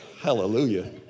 Hallelujah